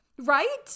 Right